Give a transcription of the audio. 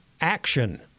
action